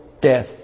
death